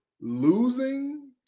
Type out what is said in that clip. losing